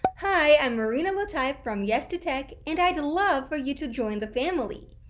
hi i'm marina lotaif from yes to tech, and i'd love for you to join the family.